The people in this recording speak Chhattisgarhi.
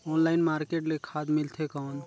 ऑनलाइन मार्केट ले खाद मिलथे कौन?